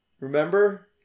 Remember